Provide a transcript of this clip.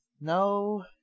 No